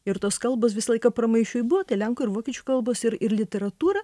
ir tos kalbos visą laiką pramaišiui buvo lenkų ir vokiečių kalbos ir ir literatūra